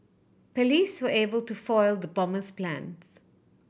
police were able to foil the bomber's plans